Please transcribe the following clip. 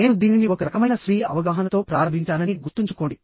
నేను దీనిని ఒక రకమైన స్వీయ అవగాహనతో ప్రారంభించానని గుర్తుంచుకోండి